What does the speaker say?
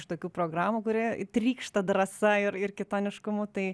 iš tokių programų kuri trykšta drąsa ir ir kitoniškumu tai